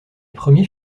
premiers